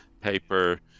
paper